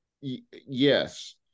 Yes